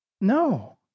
No